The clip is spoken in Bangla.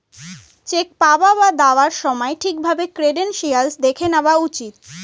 চেক পাওয়া বা দেওয়ার সময় ঠিক ভাবে ক্রেডেনশিয়াল্স দেখে নেওয়া উচিত